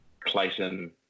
Clayton